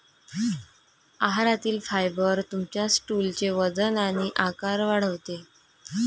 आहारातील फायबर तुमच्या स्टूलचे वजन आणि आकार वाढवते